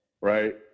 right